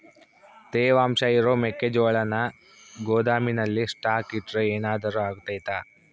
ತೇವಾಂಶ ಇರೋ ಮೆಕ್ಕೆಜೋಳನ ಗೋದಾಮಿನಲ್ಲಿ ಸ್ಟಾಕ್ ಇಟ್ರೆ ಏನಾದರೂ ಅಗ್ತೈತ?